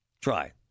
Try